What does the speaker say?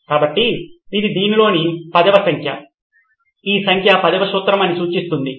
కాబట్టి ఇది దీనిలోని 10వ సంఖ్య ఈ సంఖ్య 10వ సూత్రం అని సూచిస్తుంది